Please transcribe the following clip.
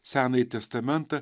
senąjį testamentą